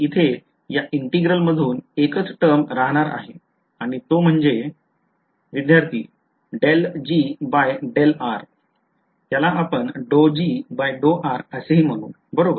तर इथे या integral मधून एकच टर्म राहणार आहे आणि तो म्हणजे विध्यार्थी Del G by del r बरोबर